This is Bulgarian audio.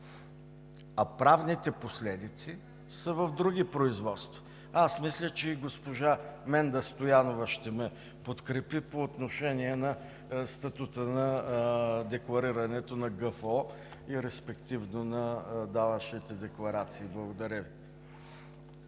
а правните последици са в други производства. Аз мисля, че и госпожа Менда Стоянова ще ме подкрепи по отношение на статута на декларирането на годишния финансов отчет и респективно на данъчните декларации. Благодаря Ви.